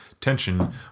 tension